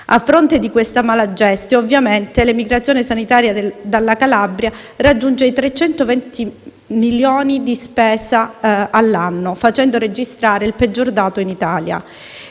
A fronte di questa *mala gestio*, ovviamente, l'emigrazione sanitaria dalla Calabria raggiunge i 320 milioni di spesa all'anno, facendo registrare il peggior dato in Italia.